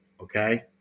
okay